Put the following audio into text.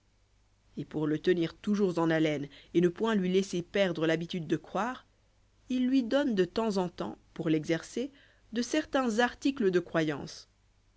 et pour le tenir toujours en haleine et ne point lui laisser perdre l'habitude de croire il lui donne de temps en temps pour l'exercer de certains articles de croyance